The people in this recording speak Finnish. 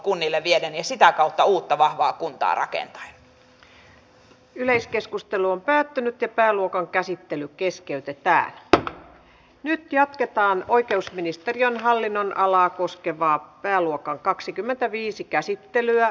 rohkenen vielä tähän loppuun ottaa puheenvuoron kun on tullut niin hyviä esityksiä niin hallituspuolueiden edustajilta kuin myös sitten oppositiopuolueiden kansanedustajilta liittyen nyt tähän pääluokkaan